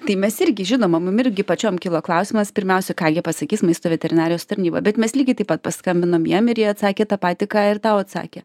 tai mes irgi žinoma mum irgi pačiom kilo klausimas pirmiausia ką jie pasakys maisto veterinarijos tarnyba bet mes lygiai taip pat paskambinom jiem ir jie atsakė tą patį ką ir tau atsakė